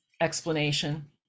explanation